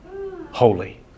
holy